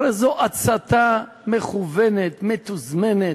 הרי זו הצתה מכוונת, מתוזמנת,